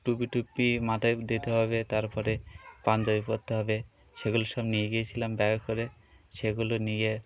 টুপি ঠুপি মাথায় দিতে হবে তারপরে পাঞ্জাবি পরতে হবে সেগুলো সব নিয়ে গিয়েছিলাম ব্যাগে করে সেগুলো নিয়ে